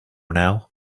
now